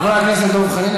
חברת הכנסת רוזין,